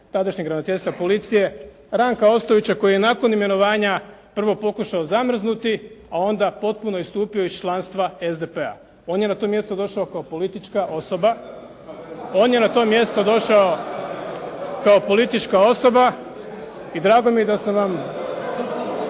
tadašnjeg ravnateljstva policije Ranka Ostojića koji je nakon imenovanja prvo pokušao zamrznuti, a onda potpuno istupio iz članstva SDP-a. On je na to mjesto došao kao politička osoba i drago mi je da sam vam. Možda je ovo prilika da se neke